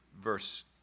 verse